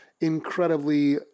incredibly